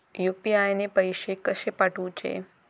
UPI ने पैशे कशे पाठवूचे?